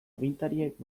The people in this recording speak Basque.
agintariek